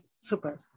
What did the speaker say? super